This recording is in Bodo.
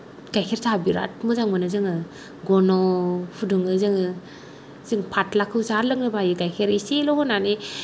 गाइखेर साहा बिराद मोजां मोनो जोङो घन' फुदुङो जोङो जों पातलाखौ जा लोंनो बायो गाइखेर एसेल' होनानै